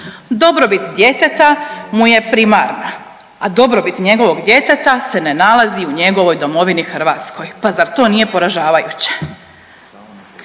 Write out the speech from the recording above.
Dobrobit djeteta mu je primarna, a dobrobit njegova djeteta se ne nalazi u njegovoj domovini Hrvatskoj. Pa zar to nije poražavajuće?